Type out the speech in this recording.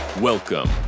Welcome